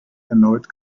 erneut